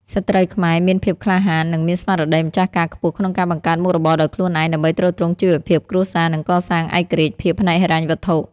ស្ត្រីខ្មែរមានភាពក្លាហាន និងមានស្មារតីម្ចាស់ការខ្ពស់ក្នុងការបង្កើតមុខរបរដោយខ្លួនឯង ដើម្បីទ្រទ្រង់ជីវភាពគ្រួសារ និងកសាងឯករាជ្យភាពផ្នែកហិរញ្ញវត្ថុ។